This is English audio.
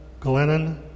Glennon